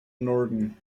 norton